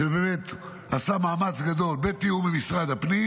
שבאמת עשה מאמץ גדול בתיאום עם משרד הפנים.